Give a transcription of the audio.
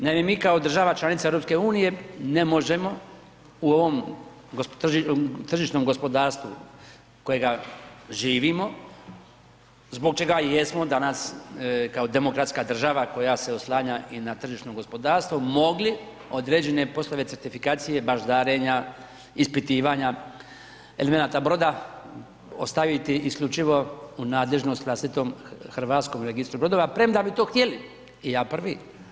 Naime, mi kao država članica EU ne možemo u ovom tržišnom gospodarstvu kojega živimo, zbog čega i jesmo danas kao demokratska država koja se oslanja i na tržišno gospodarstvo mogli određene poslove certifikacije baždarenja, ispitivanja elemenata broda ostaviti isključivo u nadležnost vlastitom Hrvatskom registru brodova, premda bi to htjeli i ja prvi.